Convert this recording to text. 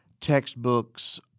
textbooks